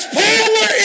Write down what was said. power